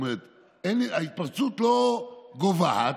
ההתפרצות לא גוועת,